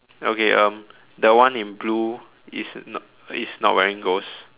okay um the one in blue is not is not wearing ghost